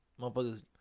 motherfuckers